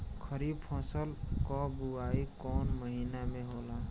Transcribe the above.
खरीफ फसल क बुवाई कौन महीना में होला?